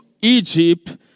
Egypt